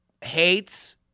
hates